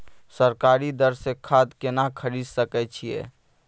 सरकारी दर से खाद केना खरीद सकै छिये?